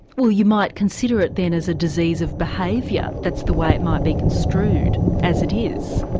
well you might consider it then as a disease of behaviour, that's the way it might be construed as it is?